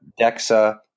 DEXA